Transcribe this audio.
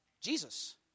Jesus